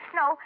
no